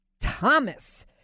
Thomas